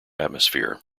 atmosphere